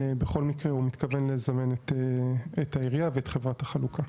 בכל מקרה הוא מתכוון לזמן את העירייה ואת חברת החלוקה.